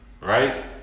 right